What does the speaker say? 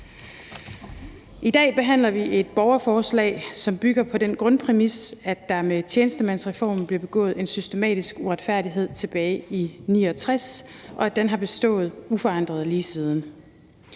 I dag behandler vi et borgerforslag, som bygger på den grundpræmis, at der med tjenestemandsreformen blev begået en systematisk uretfærdighed tilbage i 1969, og at den har bestået uforandret lige siden.